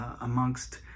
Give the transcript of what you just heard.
Amongst